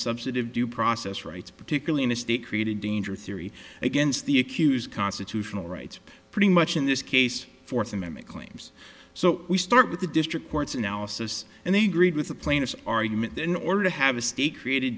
substantive due process rights particularly in a state created danger theory against the accused constitutional rights pretty much in this case fourth amendment claims so we start with the district court's analysis and they greed with the plaintiffs argument that in order to have a